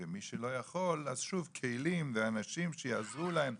ומי שלא יכול, אז שוב, כלים ואנשים שיעזרו להם.